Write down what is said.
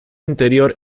interior